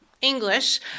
English